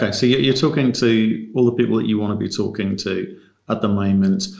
and yeah you're talking to all the people that you want to be talking to at the moment.